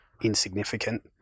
insignificant